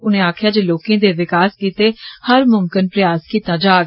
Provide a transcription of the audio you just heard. उनें आक्खेआ जे लोकें दे विकास गित्तै हर मुमकन प्रयास कीते जाग